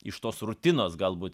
iš tos rutinos galbūt